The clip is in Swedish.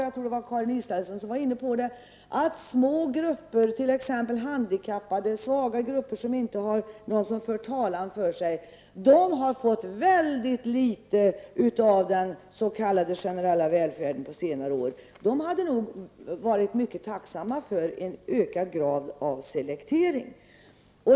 Jag tror att Karin Israelsson var inne på detta att små grupper, t.ex. handikappade och andra som inte har någon som för talan för sig, under senare år har fått mycket litet av den s.k. generella välfärden. De hade nog varit mycket tacksamma för en högre grad av selektering.